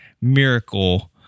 miracle